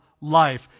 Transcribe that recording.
life